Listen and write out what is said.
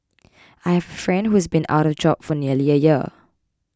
I have a friend who's been out of job for nearly a year